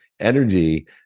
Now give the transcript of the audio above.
energy